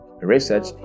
research